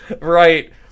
right